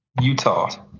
Utah